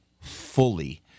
fully